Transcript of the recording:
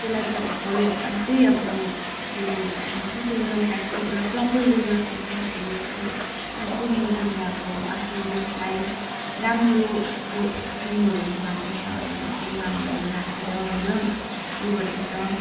त्यसलाई चाहिँ अब फलो अझै अब त्यो के भन्छ त्यो नफ्याँकोस् एउटा प्रपर वेमा फ्याँकोस् भनेर चाहिँ अब अझै मोदीले अब आफ्नो देशलाई राम्रो प्रो स्किमहरू निकाल्दैछ एउटा प्रोग्रामहरू राखेर होइन त्यो गर्दैछ